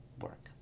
work